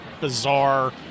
bizarre